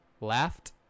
laughed